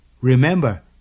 Remember